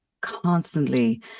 constantly